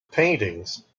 paintings